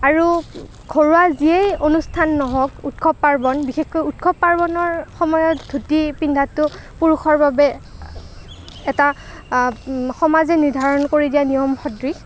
আৰু ঘৰুৱা যিয়েই অনুষ্ঠান নহওক উৎসৱ পাৰ্ৱণ বিশেষকৈ উৎসৱ পাৰ্ৱণৰ সময়ত ধুতি পিন্ধাতো পুৰুষৰ বাবে এটা সমাজে নিৰ্ধাৰণ কৰি দিয়া নিয়ম সদৃশ